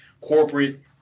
corporate